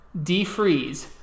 defreeze